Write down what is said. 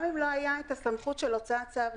גם אם לא היה את הסמכות של הוצאת צו,